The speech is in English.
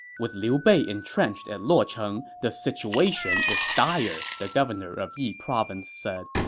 with liu bei entrenched at luocheng, the situation is dire, the governor of yi province said.